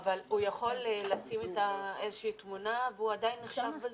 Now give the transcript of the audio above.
אבל הוא יכול לשים איזושהי תמונה והוא עדיין נחשב ב"זום".